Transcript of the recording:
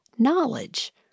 Knowledge